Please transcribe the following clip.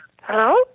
hello